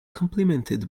complimented